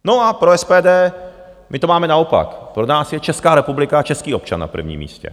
No a pro SPD my to máme naopak, pro nás je Česká republika a český občan na prvním místě.